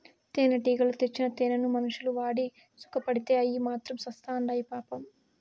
తేనెటీగలు తెచ్చిన తేనెను మనుషులు వాడి సుకపడితే అయ్యి మాత్రం సత్చాండాయి పాపం